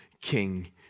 King